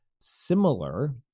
similar